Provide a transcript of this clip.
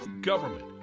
government